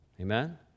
Amen